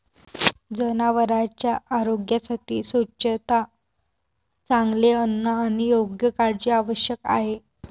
जनावरांच्या आरोग्यासाठी स्वच्छता, चांगले अन्न आणि योग्य काळजी आवश्यक आहे